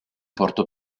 porto